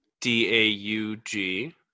D-A-U-G